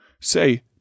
say